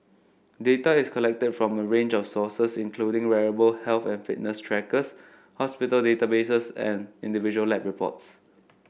data is collected from a range of sources including wearable health and fitness trackers hospital databases and individual lab reports